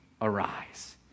arise